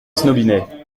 snobinet